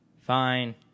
Fine